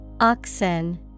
Oxen